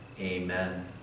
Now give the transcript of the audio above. amen